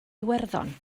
iwerddon